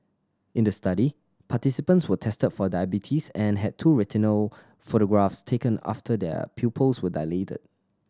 in the study participants were tested for diabetes and had two retinal photographs taken after their pupils were dilated